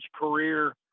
career